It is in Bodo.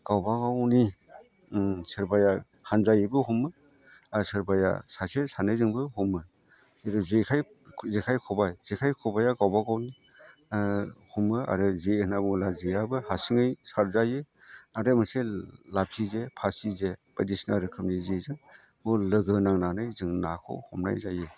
गावबागावनि सोरबाया हानजायैबो हमो आरो सोरबाया सासे सानैजोंबो हमो जेरै जेखाइ खबाइया गावबागावनि हमो आरो जे होनना बुङोब्ला जेयाबो हारसिङै सारजायो आरो मोनसे लाफि जे फासि जे बायदिसिना रोखोमनि जेजों लोगो नांनानै जों नाखौ हमनाय जायो